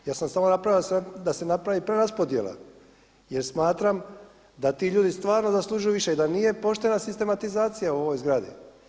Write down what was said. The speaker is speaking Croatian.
Ja sam samo napravio da se napravi preraspodjela, jer smatram da ti ljudi stvarno zaslužuju više i da nije poštena sistematizacija u ovoj zgradi.